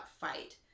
fight